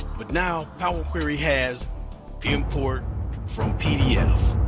but now power query has import from pdf.